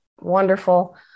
wonderful